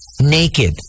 naked